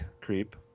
Creep